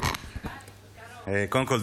קודם כול,